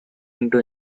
into